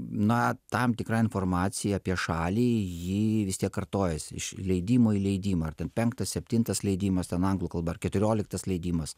na tam tikra informacija apie šalį ji vistiek kartojasi iš leidimo į leidimą ar ten penktas septintas leidimas ten anglų kalba ar keturioliktas leidimas